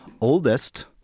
oldest